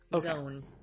zone